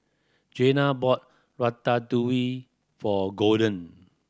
Janay bought Ratatouille for Golden